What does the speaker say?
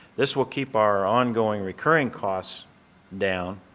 this will keep our ongoing recurring cost down.